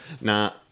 Now